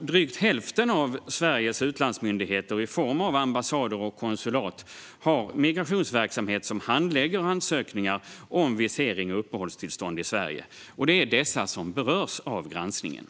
Drygt hälften av Sveriges utlandsmyndigheter i form av ambassader och konsulat har migrationsverksamhet som handlägger ansökningar om visering och uppehållstillstånd i Sverige. Det är dessa som berörs av granskningen.